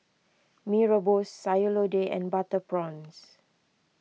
Mee Rebus Sayur Lodeh and Butter Prawns